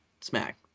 smack